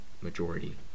Majority